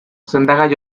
sendagai